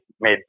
made